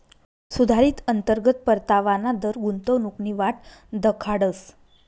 सुधारित अंतर्गत परतावाना दर गुंतवणूकनी वाट दखाडस